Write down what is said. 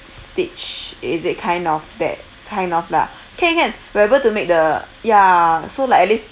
stage is it kind of that's kind of lah can can we'll able to make the ya so like at least